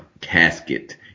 casket